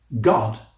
God